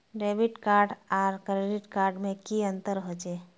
Debit card आर credit card में की अंतर होचे?